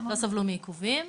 לא סבלו מעיכובים.